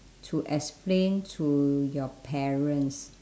to explain to your parents